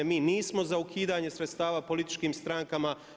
Mi nismo za ukidanje sredstava političkim strankama.